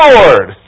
Lord